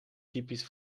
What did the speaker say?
typisch